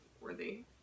worthy